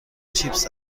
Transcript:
چیپس